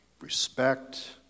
respect